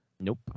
Nope